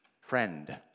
friend